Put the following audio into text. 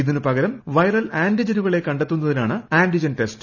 ഇതിനു പകരം വൈറൽ ആന്റിജനുകളെ കണ്ടെത്തുന്നതിനാണ് ആന്റിജൻ ടെസ്റ്റ്